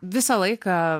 visą laiką